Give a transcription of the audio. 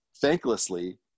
thanklessly